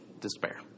Despair